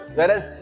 Whereas